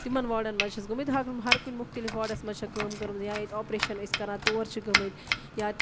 تِمَن واڈن منٛز چھِ أسۍ گٔمٕتۍ ہَر کُنہِ مختلف واڈس منٛز چھےٚ کٲم کٔرمٕژ یا ییٚتہِ آپریشَن ٲسۍ کَران تور چھِ گٔمٕتۍ یا